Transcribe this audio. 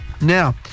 now